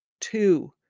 Two